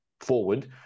forward